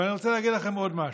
אבל אני רוצה להגיד לכם עוד משהו: